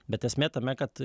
bet esmė tame kad